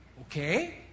Okay